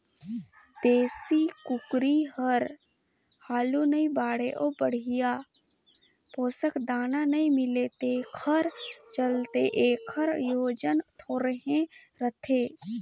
देसी कुकरी हर हालु नइ बाढ़े अउ बड़िहा पोसक दाना नइ मिले तेखर चलते एखर ओजन थोरहें रहथे